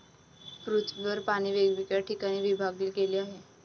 पृथ्वीवर पाणी वेगवेगळ्या ठिकाणी विभागले गेले आहे